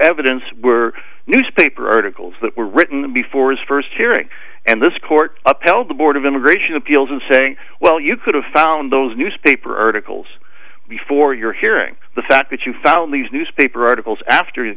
evidence were newspaper articles that were written before his first hearing and this court upheld the board of immigration appeals and saying well you could have found those newspaper articles before your hearing the fact that you found these newspaper articles after